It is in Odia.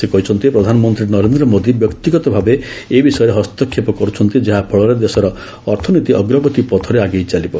ସେ କହିଛନ୍ତି ପ୍ରଧାନମନ୍ତ୍ରୀ ନରେନ୍ଦ୍ର ମୋଦି ବ୍ୟକ୍ତିଗତ ଭାବେ ଏ ବିଷୟରେ ହସ୍ତକ୍ଷେପ କରୁଛନ୍ତି ଯାହାଫଳରେ ଦେଶର ଅର୍ଥନୀତି ଅଗ୍ରଗତି ପଥରେ ଆଗେଇ ଚାଲିବ